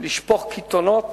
לשפוך קיתונות